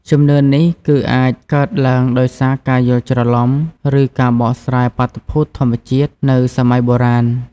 ជំនឿនេះគឺអាចកើតឡើងដោយសារការយល់ច្រឡំ ឬការបកស្រាយបាតុភូតធម្មជាតិនៅសម័យបុរាណ ។